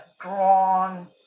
drawn